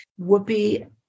Whoopi